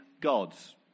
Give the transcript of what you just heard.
God's